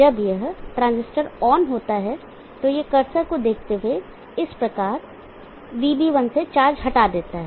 जब यह transistor on होता है तो यह कर्सर को देखते हुए इस प्रकार VB1 से चार्ज हटा देता है